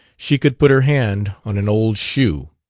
she could put her hand on an old shoe.